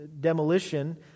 demolition